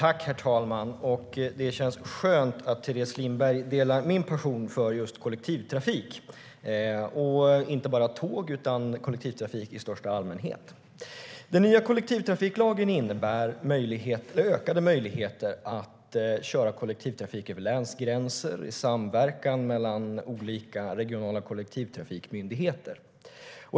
Herr talman! Det känns skönt att Teres Lindberg delar min passion för just kollektivtrafik, och då inte bara tåg utan kollektivtrafik i största allmänhet. Den nya kollektivtrafiklagen innebär ökade möjligheter att köra kollektivtrafik över länsgränser i samverkan mellan olika regionala kollektivtrafikmyndigheter.